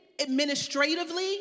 administratively